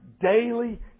daily